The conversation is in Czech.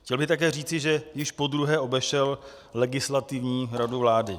Chtěl bych také říci, že již podruhé obešel Legislativní radu vlády.